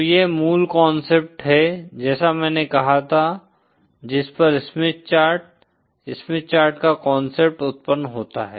तो यह मूल कांसेप्ट है जैसा मैंने कहा था जिस पर स्मिथ चार्ट स्मिथ चार्ट का कांसेप्ट उत्पन्न होता है